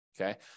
Okay